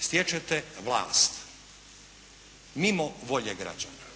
stječete vlast, mimo volje građana.